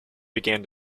began